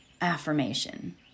affirmation